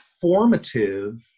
formative